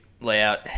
layout